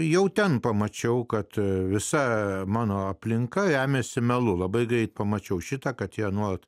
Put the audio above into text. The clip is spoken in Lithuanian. jau ten pamačiau kad visa mano aplinka remiasi melu labai greit pamačiau šitą kad ją nuolat